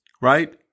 right